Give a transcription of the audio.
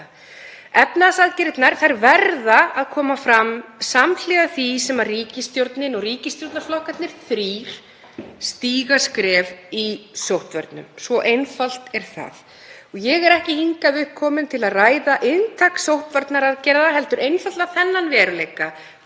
Efnahagsaðgerðirnar verða að koma fram samhliða því sem ríkisstjórnin og ríkisstjórnarflokkarnir þrír stíga skref í sóttvörnum. Svo einfalt er það. Ég er ekki hingað komin til að ræða inntak sóttvarnaaðgerða heldur einfaldlega þennan veruleika.